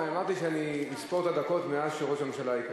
ואני אמרתי שאני אספור את הדקות מהרגע שראש הממשלה ייכנס.